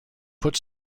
put